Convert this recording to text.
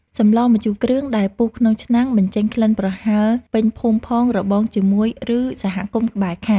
សម្លម្ជូរគ្រឿងដែលពុះក្នុងឆ្នាំងបញ្ចេញក្លិនប្រហើរពេញភូមិផងរបងជាមួយឬ សហគមន៍ក្បែរខាង។